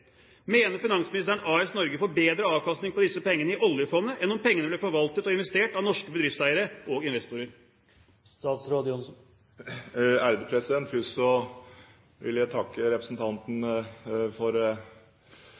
Mener finansministeren at AS Norge får bedre avkastning på disse pengene i oljefondet enn om pengene ble forvaltet og investert av norske bedriftseiere og investorer? Først vil jeg takke representanten for